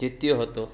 જીત્યો હતો